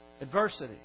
adversity